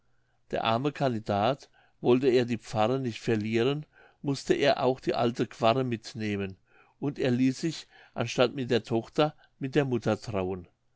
der arme candidat wollte er die pfarre nicht verlieren mußte er auch die alte quarre mitnehmen und er ließ sich anstatt mit der tochter mit der mutter trauen